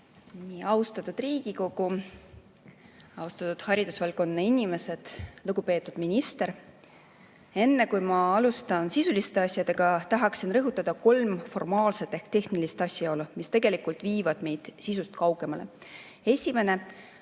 Aitäh! Austatud Riigikogu! Austatud haridusvaldkonna inimesed! Lugupeetud minister! Enne kui ma alustan sisuliste asjadega, tahaksin rõhutada kolme formaalset ehk tehnilist asjaolu, mis tegelikult viivad meid sisust kaugemale. Esimene.